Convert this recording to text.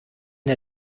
der